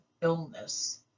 illness